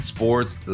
Sports